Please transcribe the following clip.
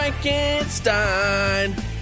Frankenstein